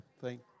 Thank